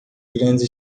grandes